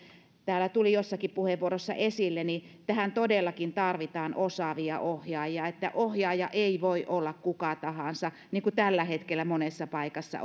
täällä tuli jossakin puheenvuorossa esille niin tähän todellakin tarvitaan osaavia ohjaajia ohjaaja ei voi olla kuka tahansa niin kuin tällä hetkellä monessa paikassa